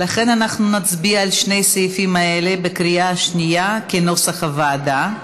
ולכן נצביע על שני הסעיפים האלה בקריאה שנייה כנוסח הוועדה.